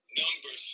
number